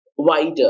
Wider